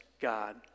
God